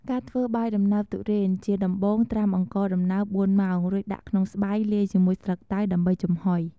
ការធ្វើបាយដំណើបទុរេន ជាដំបូងត្រាំអង្ករដំណើប៤ម៉ោងរួចដាក់ក្នុងស្បៃលាយជាមួយស្លឹកតើយដើម្បីចំហុយ។